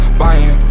buying